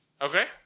Okay